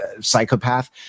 psychopath